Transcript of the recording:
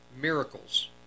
miracles